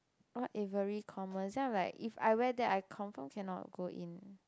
what Avery Commas then I'm like if I wear that I confirm cannot go in